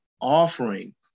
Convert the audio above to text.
offering